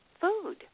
food